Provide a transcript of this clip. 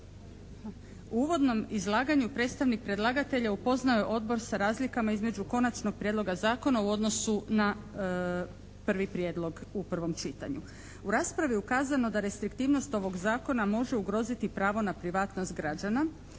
U uvodnom izlaganju predstavnik predlagatelja upoznao je Odbor sa razlikama između Konačnog prijedloga zakona u odnosu na prvi prijedlog u prvom čitanju. U raspravu je ukazano da restriktivnost ovog zakona može ugroziti pravo na privatnost građana,